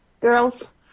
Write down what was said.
girls